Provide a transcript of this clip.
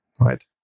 right